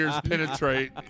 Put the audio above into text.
penetrate